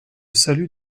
salut